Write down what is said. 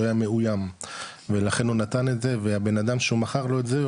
היה מאוים ולכן הוא נתן את זה והבנאדם שהוא מכר לו את זה,